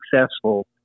successful